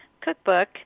cookbook